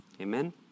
Amen